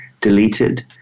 deleted